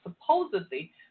supposedly